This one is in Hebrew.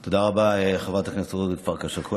תודה רבה, חברת הכנסת אורית פרקש הכהן.